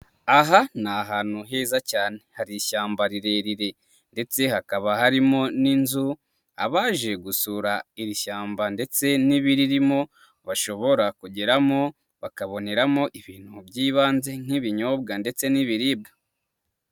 Aha ni ahantu heza cyane hari ishyamba rirerire ndetse hakaba harimo n'inzu, abaje gusura iri shyamba ndetse n'ibiririmo bashobora kugeramo, bakaboneramo ibintu by'ibanze nk'ibinyobwa ndetse n'ibiribwa.